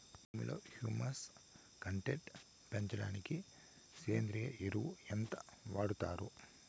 భూమిలో humus content పెంచడానికి సేంద్రియ ఎరువు ఎంత వాడుతారు